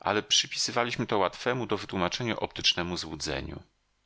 ale przypisywaliśmy to łatwemu do wytłumaczenia optycznemu złudzeniu